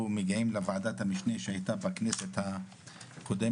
מגיעים לוועדת המשנה שהייתה בכנסת הקודמת,